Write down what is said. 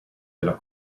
della